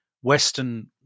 Western